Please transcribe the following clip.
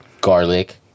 garlic